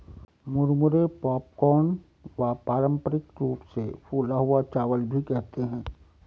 मुरमुरे पॉपकॉर्न व पारम्परिक रूप से फूला हुआ चावल भी कहते है